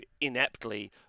ineptly